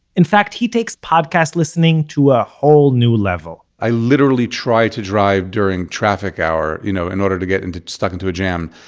in fact, he takes podcast listening to a whole new level i literally try to drive during traffic hour, you know, in order to get stuck into a jam.